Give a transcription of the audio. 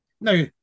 Now